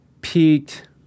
peaked